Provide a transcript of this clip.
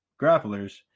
grapplers